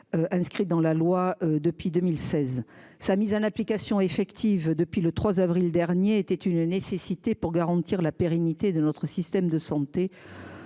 inscrite dans la loi depuis 2016. La mise en application effective de cet encadrement depuis le 3 avril dernier était nécessaire pour garantir la pérennité de notre système de santé,